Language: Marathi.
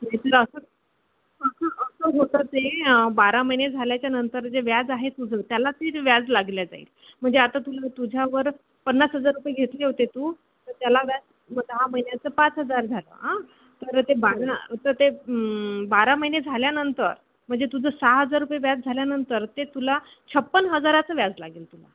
नाही तर असं असं असं होतं ते बारा महिने झाल्याच्या नंतर जे व्याज आहे तुझं त्याला ते व्याज लागला जाईल म्हणजे आता तुला तुझ्यावर पन्नास हजार रुपये घेतले होते तू तर त्याला व्याज दहा महिन्याचं पाच हजार झालं आं तर ते बारा तर ते बारा महिने झाल्यानंतर म्हणजे तुझं सहा हजार रुपये व्याज झाल्यानंतर ते तुला छप्पन्न हजाराचा व्याज लागेल तुला